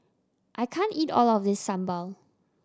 I can't eat all of this sambal